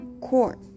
court